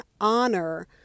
honor